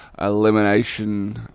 elimination